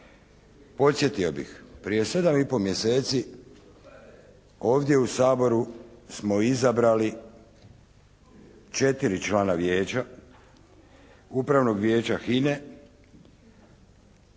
Podsjetio bih, prije sedam i pol mjeseci ovdje u Saboru smo izabrali četiri člana vijeća, Upravnog vijeća HINA-e.